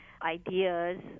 ideas